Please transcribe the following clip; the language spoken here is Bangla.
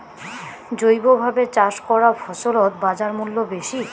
জৈবভাবে চাষ করা ফছলত বাজারমূল্য বেশি